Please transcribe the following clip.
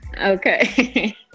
Okay